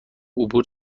عبور